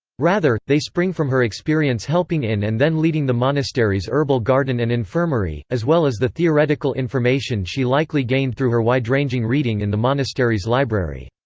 rather, they spring from her experience helping in and then leading the monastery's herbal garden and infirmary, as well as the theoretical information she likely gained through her wide-ranging reading in the monastery's library.